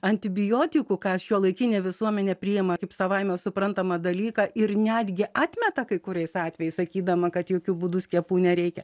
antibiotikų kas šiuolaikinė visuomenė priima kaip savaime suprantamą dalyką ir netgi atmeta kai kuriais atvejais sakydama kad jokiu būdu skiepų nereikia